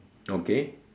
okay